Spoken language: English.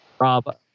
Rob